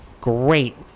great